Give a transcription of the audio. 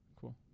cool